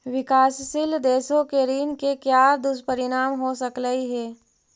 विकासशील देशों के ऋण के क्या दुष्परिणाम हो सकलई हे